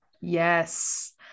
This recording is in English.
yes